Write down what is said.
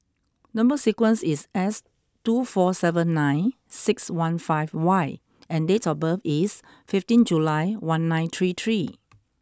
number sequence is S two four seven nine six one five Y and date of birth is fifteen July one nine three three